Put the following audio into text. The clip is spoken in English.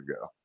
go